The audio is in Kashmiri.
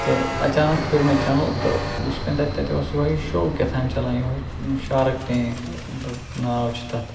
تہٕ اچانَک پِھر مےٚ چَینَل تہٕ وُچھ مےٚ تَتہِ تَتہِ اوس یُہوے شوٚو کیٚتھانۍ چلان یُہوے شارٕک ٹینٛک دۄپُکھ ناو چھُ تَتھ